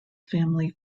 family